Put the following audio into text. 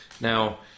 Now